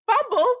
Fumbled